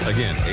Again